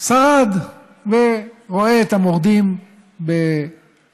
הוא שרד ורואה את המורדים בחולשתם,